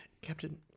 captain